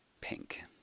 Pink